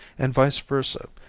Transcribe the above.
and vice versa,